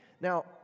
Now